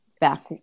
back